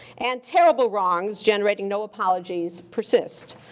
and terrible wrongs, generating no apologies, persist.